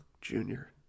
Junior